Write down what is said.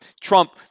Trump